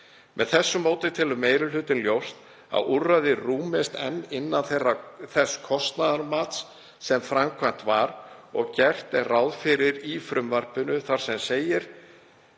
Með þessu móti telur meiri hlutinn ljóst að úrræðið rúmist enn innan þess kostnaðarmats sem framkvæmt var og gerð er grein fyrir í frumvarpinu, þar sem segir: